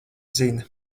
zina